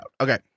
Okay